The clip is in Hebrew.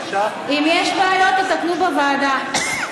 אם יש בעיות, תתקנו בוועדה.